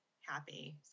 happy